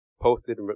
posted